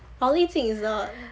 宝丽金 is what